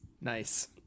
Nice